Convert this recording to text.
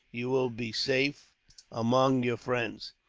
you will be safe among your friends.